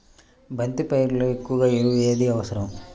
బంతి పైరులో ఎక్కువ ఎరువు ఏది అవసరం?